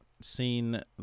seen